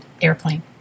airplane